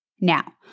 Now